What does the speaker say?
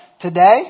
today